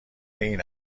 این